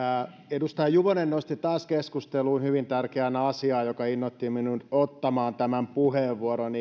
edustaja juvonen nosti taas keskusteluun hyvin tärkeän asian joka itse asiassa innoitti minut ottamaan tämän puheenvuoron